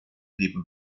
neben